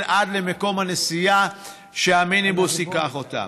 עד למקום הנסיעה שממנו המיניבוס ייקח אותם.